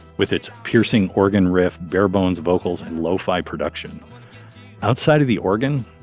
with its piercing organ riff. bare bones vocals and lo fi production outside of the organ.